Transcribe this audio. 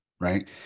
Right